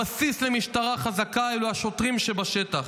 הבסיס למשטרה חזקה, אלה השוטרים שבשטח.